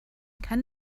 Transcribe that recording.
kann